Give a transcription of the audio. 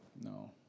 No